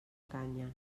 canya